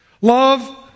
Love